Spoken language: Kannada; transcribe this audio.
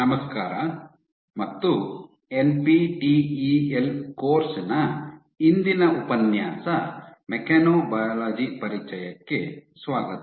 ನಮಸ್ಕಾರ ಮತ್ತು ಎನ್ಪಿಟಿಇಎಲ್ ಕೋರ್ಸ್ ನ ಇಂದಿನ ಉಪನ್ಯಾಸ ಮೆಕ್ಯಾನೊಬಯಾಲಜಿ ಪರಿಚಯಕ್ಕೆ ಸ್ವಾಗತ